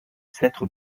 s’être